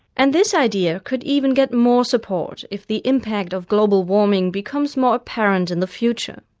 and this idea could even get more support if the impact of global warming becomes more apparent in the future.